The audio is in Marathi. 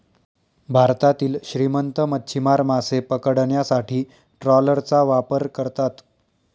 भारतातील श्रीमंत मच्छीमार मासे पकडण्यासाठी ट्रॉलरचा वापर करतात